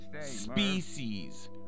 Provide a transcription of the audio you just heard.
species